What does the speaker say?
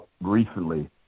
recently